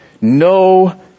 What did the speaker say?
no